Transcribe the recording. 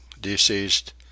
Deceased